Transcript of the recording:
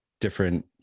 different